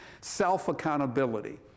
Self-accountability